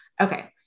Okay